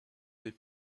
des